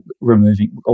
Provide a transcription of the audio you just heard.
removing